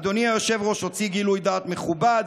אדוני היושב-ראש הוציא גילוי דעת מכובד,